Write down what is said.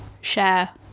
share